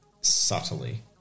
Subtly